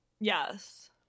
Yes